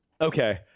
Okay